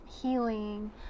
healing